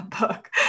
book